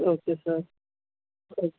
okay sir okay